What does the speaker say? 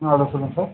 ஆ hello சொல்லுங்கள் sir